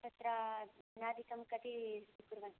तत्र नाधिकं कति स्वीकुर्वन्ति